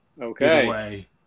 okay